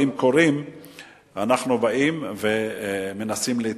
קורים אנחנו באים ומנסים להצטדק.